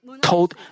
told